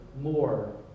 more